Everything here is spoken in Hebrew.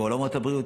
בעולמות הבריאות,